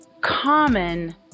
common